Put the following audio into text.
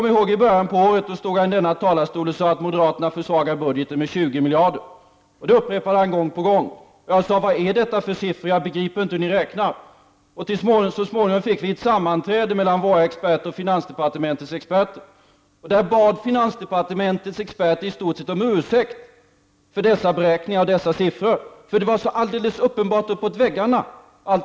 I början av året sade han från denna talarstol att moderaterna försvagar budgeten med 20 miljarder. Det upprepade han gång på gång. Jag sade: Vad är detta för siffror? Jag förstår inte hur ni räknar. Så småningom fick vi till stånd ett sammanträde mellan våra experter och finansdepartementets experter, och där bad finansdepartementets experter i stort sett om ursäkt för dessa beräkningar och siffror, för de var alldeles uppenbart uppåt väggarna.